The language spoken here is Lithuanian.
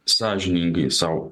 sąžiningai sau